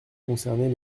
concernées